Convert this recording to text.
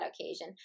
occasion